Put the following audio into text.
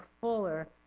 fuller